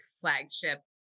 flagship